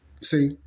See